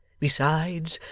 besides,